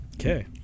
Okay